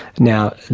now,